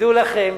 תדעו לכם,